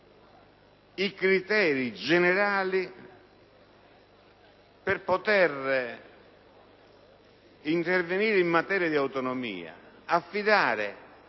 i criteri generali per poter intervenire in materia di autonomia. Affidare